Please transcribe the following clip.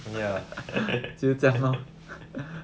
mm ya